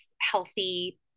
healthy